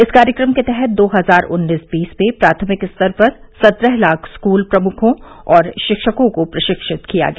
इस कार्यक्रम के तहत दो हजार उन्नीस बीस में प्राथमिक स्तर पर सत्रह लाख स्कूल प्रमुखों और शिक्षकों को प्रशिक्षित किया गया